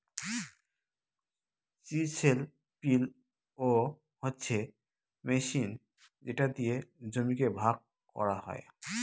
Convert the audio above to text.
chisel plough হচ্ছে machine যেটা দিয়ে জমিকে ভাগ করা হয়